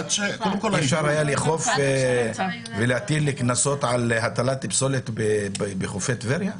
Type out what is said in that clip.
אי-אפשר היה לאכוף ולהטיל קנסות על הטלת פסולת בחופי טבריה?